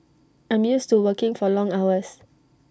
I'm used to working for long hours